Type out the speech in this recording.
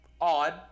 odd